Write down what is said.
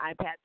iPad